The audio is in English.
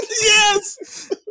Yes